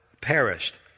perished